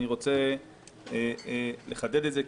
אני רוצה לחדד את זה,